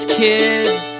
kids